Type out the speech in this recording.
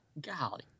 Golly